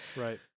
Right